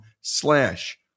slash